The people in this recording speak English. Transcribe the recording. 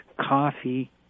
coffee